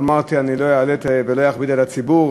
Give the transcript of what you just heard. ואמרתי: אני לא אעלה ולא אכביד על הציבור,